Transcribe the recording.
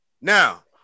Now